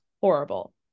horrible